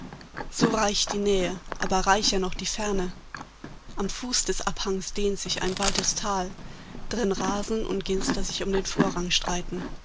so reich die nähe aber reicher noch die ferne am fuß des abhangs dehnt sich ein weites tal drin rasen und ginster sich um den vorrang streiten